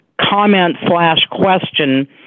comment-slash-question